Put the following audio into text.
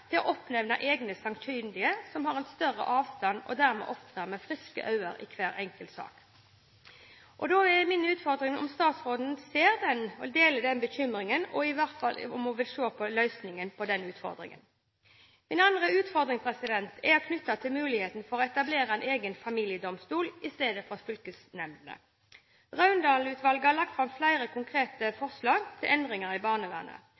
til å oppnevne egne sakkyndige som har en større avstand og dermed opptrer med friske øyne i hver enkelt sak. Da er min utfordring til statsråden om hun deler den bekymringen, og om hun vil se på løsninger her. Min andre utfordring er knyttet til muligheten for å etablere en egen familiedomstol istedenfor fylkesnemndene. Raundalen-utvalget har lagt fram flere konkrete forslag til endringer i barnevernet.